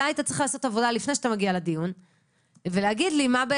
אתה היית צריך לעשות עבודה לפני שאתה מגיע לדיון ולהגיד לי מה,